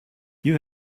you